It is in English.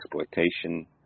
exploitation